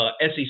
SEC